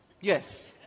Yes